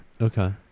Okay